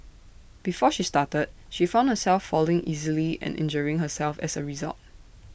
before she started she found herself falling easily and injuring herself as A result